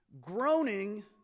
Groaning